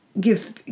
give